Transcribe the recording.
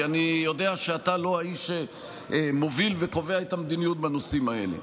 כי אני יודע שאתה לא האיש שמוביל וקובע את המדיניות בנושאים האלה.